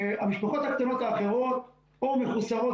והמשפחות הקטנות האחרות או מחוסרות